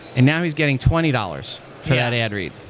and now he's getting twenty dollars for that ad read.